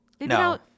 No